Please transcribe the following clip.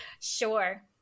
Sure